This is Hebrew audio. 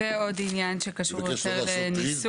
ועוד עניין שקשור לניסוח,